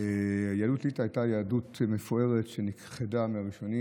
יהדות ליטא הייתה יהדות מפוארת שנכחדה בין הראשונות